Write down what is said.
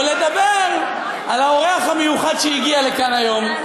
או לדבר על האורח המיוחד שהגיע לכאן היום,